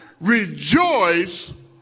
rejoice